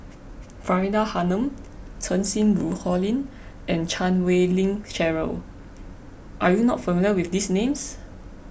Faridah Hanum Cheng Xinru Colin and Chan Wei Ling Cheryl are you not familiar with these names